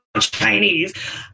Chinese